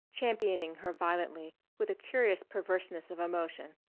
championing her violently with a curious perverseness of emotion,